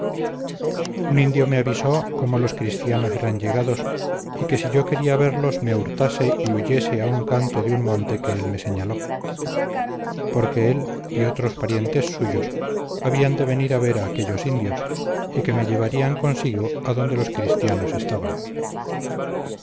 un indio me avisó cómo los cristianos eran llegados y que si yo quería verlos me hurtase y huyese a un canto de un monte que él me señaló porque él y otros parientes suyos habían de venir a ver a aquellos indios y que me llevarían consigo adonde los cristianos estaban